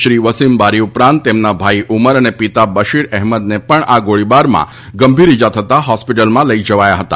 શ્રી વસીમ બારી ઉપરાંત તેમના ભાઈ ઉમર અને પિતા બશીર એહમદને પણ આ ગોળીબારમાં ગંભીર ઈજા થતાં હોસ્પિટલમાં લઈ જવાયા હતા